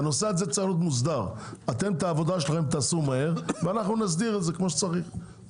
אתם את העבודה שלכם תעשו מהר ואנחנו נסדיר את זה כמו שצריך,